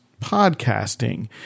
podcasting